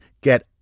get